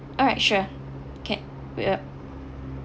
all right sure can we'll